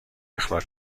اخراج